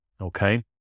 Okay